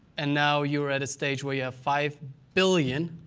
and now you're at a stage where you have five billion,